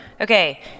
Okay